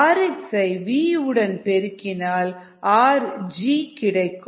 rx ஐ V உடன் பெருக்கினால் rg கிடைக்கும்